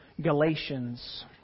Galatians